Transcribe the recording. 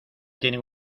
tienen